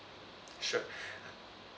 sure